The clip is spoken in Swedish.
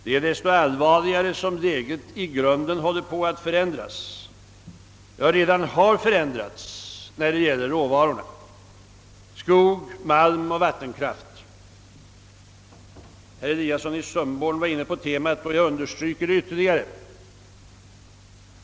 Detta är desto allvarligare som läget i grunden håller på att förändras, ja redan har förändrats när det gäller naturtillgångarna skog, malm och vattenkraft. Herr Eliasson i Sundborn var inne på detta och jag vill ytterligare understryka det.